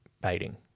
baiting